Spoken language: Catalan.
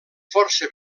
força